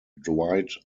dwight